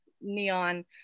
neon